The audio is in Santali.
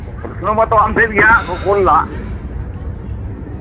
ᱦᱩᱸ ᱵᱤᱥᱱᱩ ᱢᱟᱛᱚ ᱟᱢ ᱴᱷᱮᱱ ᱜᱮ ᱦᱟᱸᱜ ᱠᱚ ᱠᱩᱞᱟ